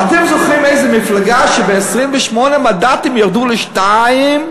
ואתם זוכרים איזו מפלגה שמ-28 מנדטים ירדה לשניים?